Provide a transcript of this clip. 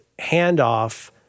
handoff